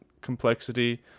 complexity